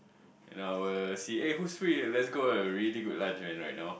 in our C_A who's free let's go a really good lunch man right now